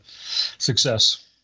success